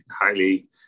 highly